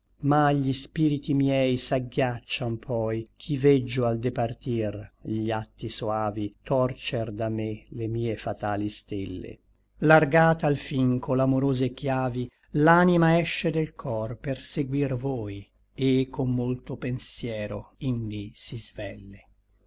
ma gli spiriti miei s'aghiaccian poi ch'i veggio al departir gli atti soavi torcer da me le mie fatali stelle largata alfin co l'amorose chiavi l'anima esce del cor per seguir voi et con molto pensiero indi si svelle